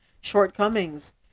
shortcomings